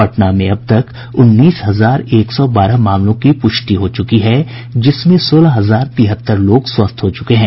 पटना में अब तक उन्नीस हजार एक सौ बारह मामलों की पुष्टि हो चुकी है जिसमें सोलह हजार तिहत्तर लोग स्वस्थ हो चुके हैं